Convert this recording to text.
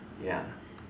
ya